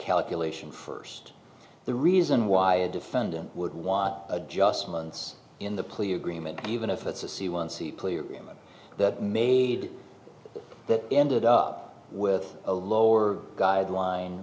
calculation first the reason why a defendant would want adjustments in the plea agreement even if it's a c one c plea agreement that made that ended up with a lower guideline